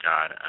God